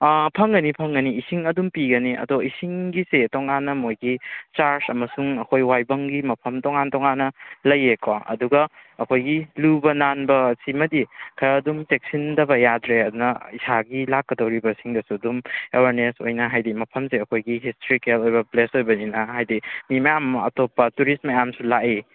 ꯑꯥ ꯐꯪꯒꯅꯤ ꯐꯪꯒꯅꯤ ꯏꯁꯤꯡ ꯑꯗꯨꯝ ꯄꯤꯒꯅꯤ ꯑꯗꯣ ꯏꯁꯤꯡꯒꯤꯁꯦ ꯇꯣꯡꯉꯥꯟꯅ ꯃꯣꯏꯒꯤ ꯆꯥꯔꯁ ꯑꯃꯁꯨꯡ ꯑꯩꯈꯣꯏ ꯋꯥꯏꯐꯝꯒꯤ ꯃꯐꯝ ꯇꯣꯉꯥꯟ ꯇꯣꯉꯥꯟꯅ ꯂꯩꯀꯣ ꯑꯗꯨꯒ ꯑꯩꯈꯣꯏꯒꯤ ꯂꯨꯕ ꯅꯥꯟꯕ ꯁꯤꯃꯗꯤ ꯈꯔ ꯑꯗꯨꯝ ꯆꯦꯛꯁꯤꯟꯗꯕ ꯌꯥꯗ꯭ꯔꯦ ꯑꯗꯨꯅ ꯏꯁꯥꯒꯤ ꯂꯥꯛꯀꯗꯧꯔꯤꯕꯁꯤꯡꯗꯁꯨ ꯑꯗꯨꯝ ꯑꯦꯋꯥꯔꯅꯦꯁ ꯑꯣꯏꯅ ꯍꯥꯏꯗꯤ ꯃꯐꯝꯁꯦ ꯑꯩꯈꯣꯏꯒꯤ ꯍꯤꯁꯇ꯭ꯔꯤꯀꯦꯜ ꯑꯣꯏꯕ ꯄ꯭ꯂꯦꯁ ꯑꯣꯏꯕꯅꯤꯅ ꯍꯥꯏꯗꯤ ꯃꯤ ꯃꯌꯥꯝ ꯑꯃ ꯑꯇꯣꯞꯄ ꯇꯨꯔꯤꯁꯠ ꯃꯌꯥꯝꯁꯨ ꯂꯥꯛꯏ